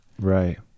Right